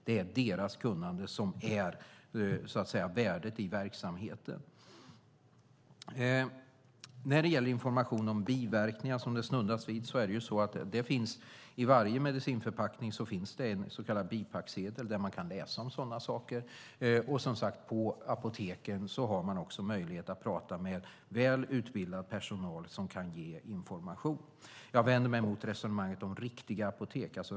Det är deras kunnande som är värdet i verksamheten. När det gäller information om biverkningar, som det snuddades vid: I varje medicinförpackning finns det en så kallad bipacksedel där man kan läsa om sådana saker. På apoteken har man också möjlighet att prata med väl utbildad personal som kan ge information. Jag vänder mig mot resonemanget om "riktiga apotek".